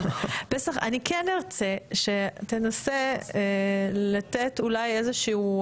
פסח, אני כן ארצה שתנסה אולי לתת איזשהו